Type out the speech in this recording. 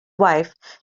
wife